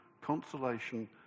consolation